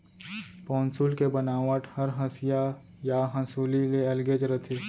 पौंसुल के बनावट हर हँसिया या हँसूली ले अलगेच रथे